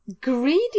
greedy